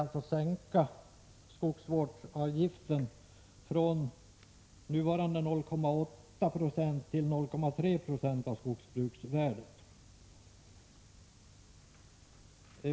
Vi vill sänka skogsvårdsavgiften från nuvarande 0,8 till 0,3 26 av skogsbruksvärdet.